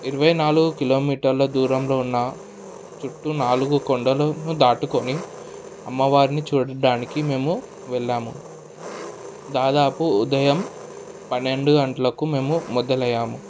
ఇరవై నాలుగు కిలోమీటర్ల దూరంలో ఉన్న చుట్టూ నాలుగు కొండలను దాటుకొని అమ్మ వారిని చూడడానికి మేము వెళ్ళాము దాదాపు ఉదయం పన్నెండు గంటలకు మేము మొదలయ్యాము